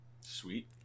sweet